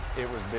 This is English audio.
it was